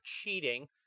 cheating